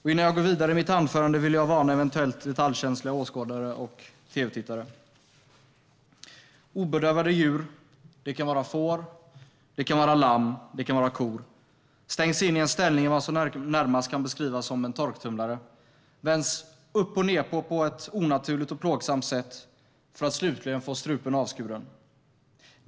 Innan jag går vidare i mitt anförande vill jag varna eventuellt detaljkänsliga åskådare och tv-tittare. Obedövade djur - det kan vara får, det kan vara lamm, det kan vara kor - stängs in i en ställning i vad som närmast kan beskrivas som en torktumlare och vänds upp och ned på ett onaturligt och plågsamt sätt för att slutligen få strupen avskuren.